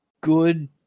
Good